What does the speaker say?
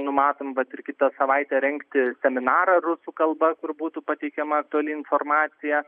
numatom vat ir kitą savaitę rengti seminarą rusų kalba kur būtų pateikiama aktuali informacija